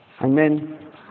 Amen